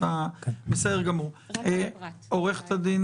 עורכת הדין